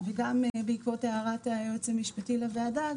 גם בעקבות הערת היועץ המשפטי לוועדה,